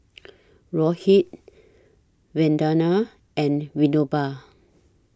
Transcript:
Rohit Vandana and Vinoba